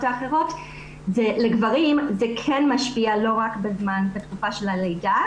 האחרות לגברים זה כן משפיע לא רק בתקופה של הלידה,